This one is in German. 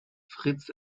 fritz